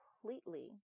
completely